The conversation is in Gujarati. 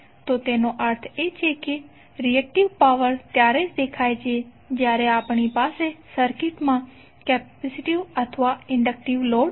તો તેનો અર્થ એ છે કે રિએકટીવ પાવર ત્યારે જ દેખાય છે જ્યારે આપણી પાસે સર્કિટમાં કેપેસિટીવ અથવા ઈંડક્ટિવ લોડ ઉપલબ્ધ હોય